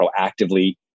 proactively